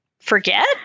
forget